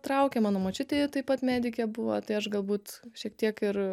traukė mano močiutė taip pat medikė buvo tai aš galbūt šiek tiek ir